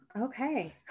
okay